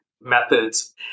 methods